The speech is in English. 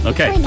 Okay